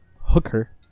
hooker